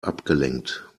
abgelenkt